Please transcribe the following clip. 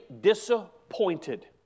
disappointed